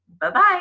Bye-bye